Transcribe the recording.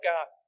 God